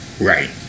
right